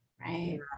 Right